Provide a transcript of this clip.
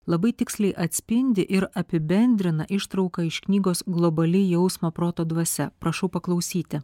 labai tiksliai atspindi ir apibendrina ištrauką iš knygos globali jausmo proto dvasia prašau paklausyti